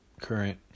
current